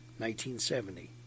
1970